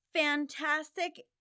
fantastic